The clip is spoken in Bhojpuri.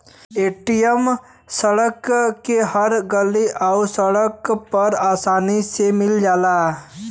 ए.टी.एम शहर के हर गल्ली आउर सड़क पर आसानी से मिल जाला